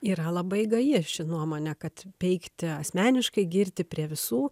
yra labai gaji ši nuomonė kad peikti asmeniškai girti prie visų